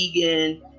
vegan